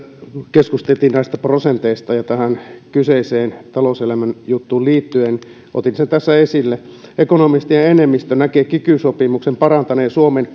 keskusteltiin näistä prosenteista tähän kyseiseen talouselämän juttuun liittyen ja otin sen tähän esille ekonomistien enemmistö näkee kiky sopimuksen parantaneen suomen